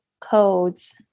codes